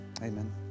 amen